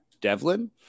Devlin